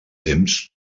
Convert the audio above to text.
temps